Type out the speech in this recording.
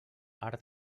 arc